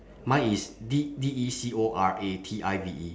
mine is D D E C O R A T I V E